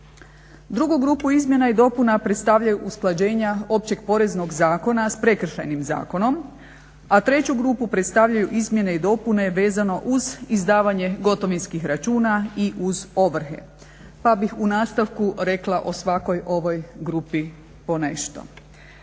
Drugu grupu izmjena i dopuna predstavljaju usklađenja Općeg poreznog zakona s Prekršajnim zakonom, a treću grupu predstavljaju izmjene i dopune vezano uz izdavanje gotovinskih računa i uz ovrhe. Pa bih u nastavku rekla o svakoj ovoj grupi po nešto.